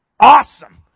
awesome